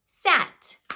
Sat